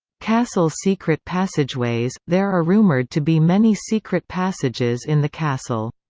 castle secret passageways there are rumored to be many secret passages in the castle.